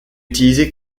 utilisé